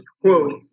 quote-